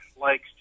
likes